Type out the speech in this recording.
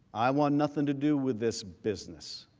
i want nothing to do with this business.